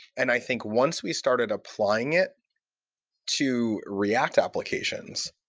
and i think once we started deploying it to react applications,